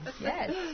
Yes